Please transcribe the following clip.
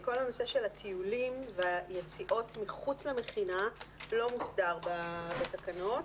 כל הנושא של הטיולים והיציאות מחוץ למכינה לא מוסדר בתקנות.